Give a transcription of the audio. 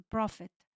Prophet